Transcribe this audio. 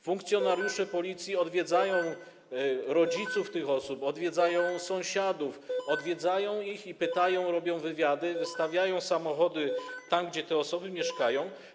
Funkcjonariusze Policji odwiedzają rodziców tych osób, odwiedzają sąsiadów i pytają, robią wywiady, stawiają samochody tam, gdzie te osoby mieszkają.